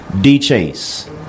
D-Chase